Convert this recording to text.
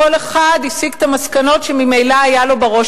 כל אחד הסיק את המסקנות שממילא היו לו בראש